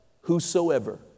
Whosoever